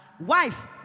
wife